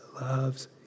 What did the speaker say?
loves